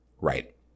Right